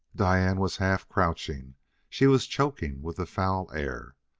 diane was half-crouching she was choking with the foul air.